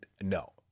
no